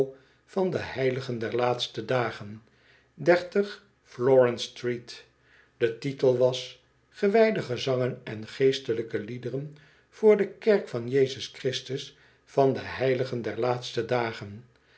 van de heiligen der laatste dagen elorence street de titel was gewijde gezangen en geestelijke liederen voor de kerk van jezus christus van de heiligen der laatste dagen